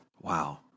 Wow